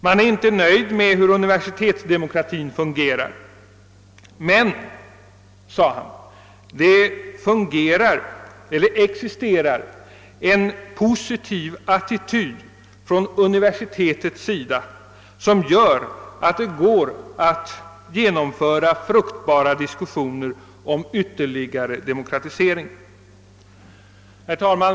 Man är inte nöjd med det sätt på vilket universitetsdemokratin fungerar, men — sade studentkårens ordförande — det existerar en positiv attityd från universitetets sida som gör att det går att föra fruktbara diskussioner om ytterligare demokratisering. Herr talman!